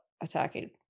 attacking